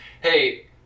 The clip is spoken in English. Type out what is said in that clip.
hey